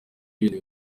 ibintu